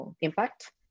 impact